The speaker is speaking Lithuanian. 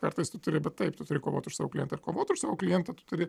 kartais tu turi bet taip tu turi kovot už savo klientą ir kovot už savo klientą tu turi